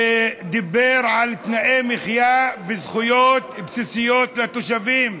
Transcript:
שדיבר על תנאי מחיה וזכויות בסיסיות לתושבים.